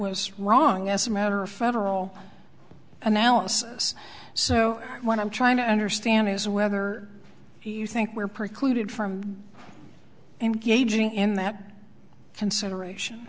was wrong as a matter of federal analysis so what i'm trying to understand is whether you think we're precluded from engaging in that consideration